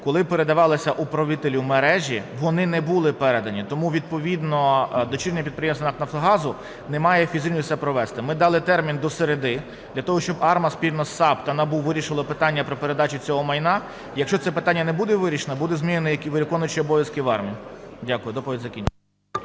Коли передавалися управителю мережі, вони не були передані. Тому відповідно дочірнє підприємство НАК "Нафтогазу" не має фізично це провести. Ми дали термін до середи для того, щоб АРМА спільно із САП та НАБУ вирішили питання про передачу цього майна. Якщо це питання не буде вирішено, буде змінено виконуючого обов'язки в АРМА. Дякую, доповідь закінчив.